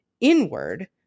inward